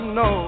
no